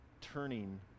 turning